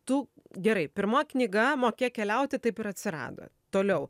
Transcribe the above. tu gerai pirmoji knyga mokėk keliauti taip ir atsirado toliau